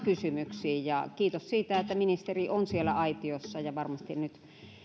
kysymyksiin ja kiitos siitä että ministeri on siellä aitiossa ja varmasti